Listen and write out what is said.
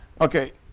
Okay